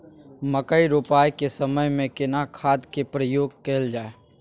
मकई रोपाई के समय में केना खाद के प्रयोग कैल जाय?